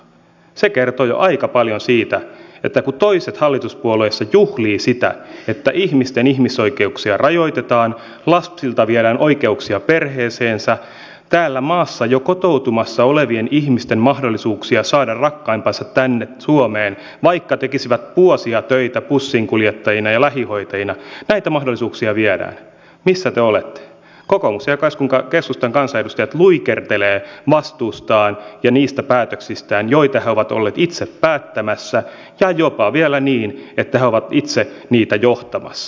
se kertoo jo aika paljon että kun toiset hallituspuolueessa juhlivat sitä että ihmisten ihmisoikeuksia rajoitetaan lapsilta viedään oikeuksia perheeseensä täällä maassa jo kotoutumassa olevilta ihmisiltä viedään mahdollisuuksia saada rakkaimpansa tänne suomeen vaikka tekisivät vuosia töitä bussinkuljettajina ja lähihoitajina niin missä te olette kokoomuksen ja keskustan kansanedustajat luikertelevat vastuustaan ja niistä päätöksistään joita he ovat olleet itse päättämässä ja jopa vielä niin että he ovat itse niitä johtamassa